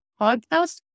podcast